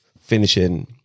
finishing